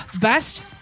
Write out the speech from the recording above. Best